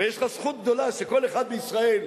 ויש לך זכות גדולה שכל אחד בישראל,